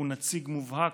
הוא נציג מובהק,